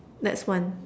that's one